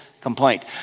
complaint